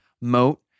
moat